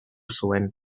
zuen